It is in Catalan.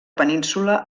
península